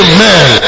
Amen